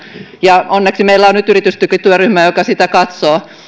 ja onneksi meillä on nyt yritystukityöryhmä joka sitä katsoo